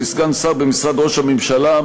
לסגן שר במשרד ראש הממשלה,